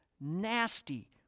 nasty